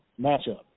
matchup